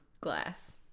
glass